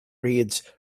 reads